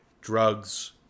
Drugs